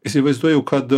įsivaizduoju kad